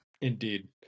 Indeed